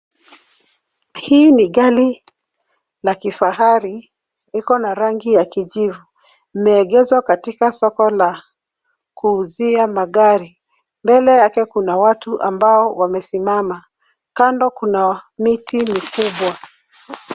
Hii ni gari la kifahari . Iko na rangi ya kijivu. Imeegeshwa katika soko la kuuzia magari. Mbele yake kuna watu ambao wamesimama. Kando kuna miti mikubwa.